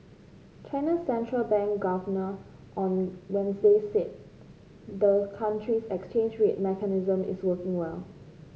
China's central bank governor on Wednesday said the country's exchange rate mechanism is working well